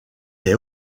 est